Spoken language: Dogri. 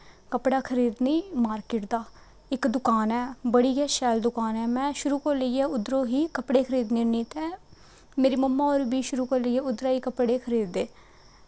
कपड़ा खरीदनी मार्किट दा इक दुकान ऐ बड़ी गै शैल दुकान ऐ में शुरू कोला लेइयै ही उद्धरो कपड़े खीरदनी आं ते मेरे मम्मा होर बी शुरू थमां उद्धरो ही कपड़े खरीददे